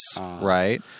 right